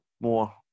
more